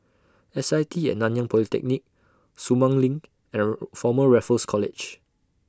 S I T At Nanyang Polytechnic Sumang LINK Error Former Raffles College